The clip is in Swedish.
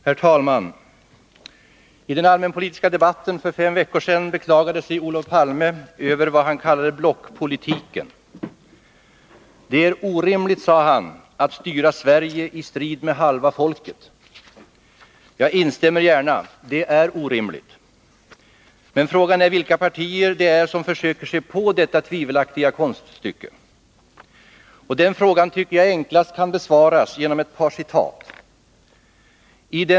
Herr talman! I den allmänpolitiska debatten för fem veckor sedan beklagade sig Olof Palme över vad han kallade blockpolitiken. ”Det är en orimlighet att styra Sverige i strid med halva folket”, sade han. Jag instämmer gärna. Det är orimligt. Men vilka partier är det som vill försöka sig på detta tvivelaktiga konststycke? Den frågan kan enklast besvaras med ett par citat.